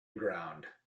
ground